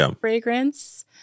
fragrance